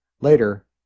Later